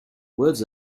words